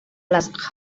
les